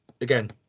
again